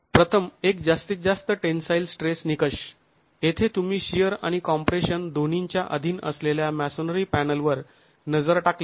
प्रथम एक जास्तीत जास्त टेन्साईल स्ट्रेस निकष येथे तुम्ही शिअर आणि कॉम्प्रेशन दोन्हींच्या अधीन असलेल्या मॅसोनरी पॅनलवर नजर टाकल्यास